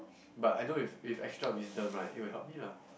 but I know if if extra of wisdom right it will help me lah